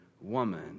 woman